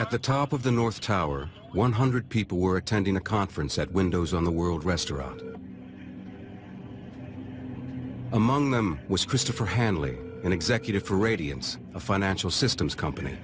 at the top of the north tower one hundred people were attending a conference at windows on the world restaurant among them was christopher hanley an executive for radiance a financial systems company